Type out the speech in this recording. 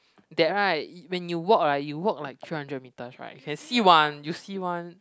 that right y~ when you walk right you walk like three hundred metres right you can see one you see one